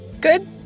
good